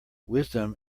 wisdom